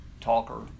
talker